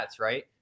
right